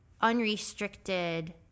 unrestricted